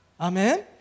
Amen